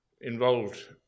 involved